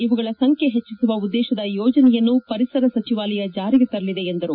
ಇವುಗಳ ಸಂಖ್ಯೆಯನ್ನು ಹೆಚ್ಚಿಸುವ ಉದ್ದೇಶದ ಯೋಜನೆಯನ್ನು ಪರಿಸರ ಸಚಿವಾಲಯ ಜಾರಿಗೆ ತರಲಿದೆ ಎಂದರು